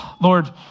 Lord